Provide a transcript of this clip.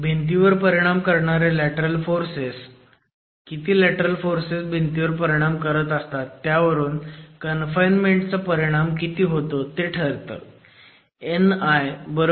भिंतीवर परिणाम करणारे लॅटरल फोर्सेस किती लॅटरल फोर्सेस भिंतीवर परिणाम करत असतात त्यावरून कन्फाईनमेंट चा परिणाम किती होतो ते ठरतं